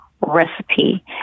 recipe